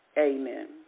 Amen